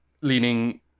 leaning